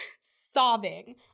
sobbing